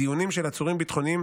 דיונים של עצורים ביטחוניים